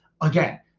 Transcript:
Again